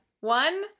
One